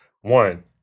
One